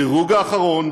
בדירוג האחרון,